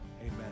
amen